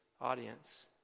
audience